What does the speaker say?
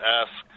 ask